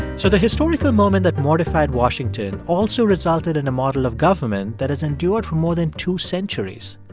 so the historical moment that mortified washington also resulted in a model of government that has endured for more than two centuries.